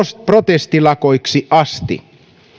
protestilakoiksi asti